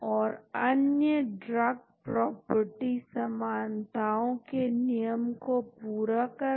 तो scaffold hopping या fragmental linking के लिए कैंब्रिज स्ट्रक्चरल डेटाबेस जानकारी का एक महत्वपूर्ण साधन है